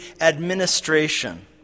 administration